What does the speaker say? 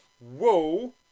whoa